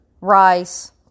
Rice